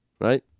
Right